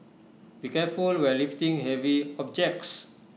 be careful when lifting heavy objects